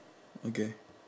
okay